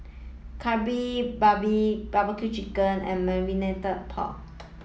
Kari Babi Barbecue Chicken Wings and Marmite Pork Ribs